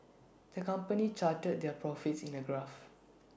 the company charted their profits in A graph